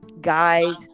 guys